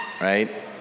right